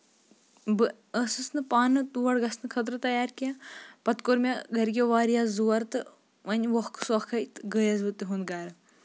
بہٕ ٲسٕس نہٕ پانہٕ تور گژھنہٕ خٲطرٕ تَیار کیٚنٛہہ پَتہٕ کوٚر مےٚ گرِ کیو واریاہ زور تہٕ وۄنۍ وۄکھٕ سۄکھٕے گٔیس بہٕ تیُہُند گرٕ